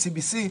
בסעיף קטן (ג)(1)